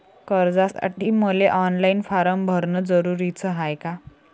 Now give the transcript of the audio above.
कर्जासाठी मले online form भरन जरुरीच हाय का?